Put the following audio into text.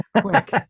Quick